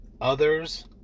other's